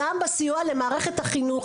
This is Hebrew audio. גם בסיוע למערכת החינוך,